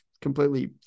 completely